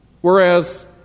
Whereas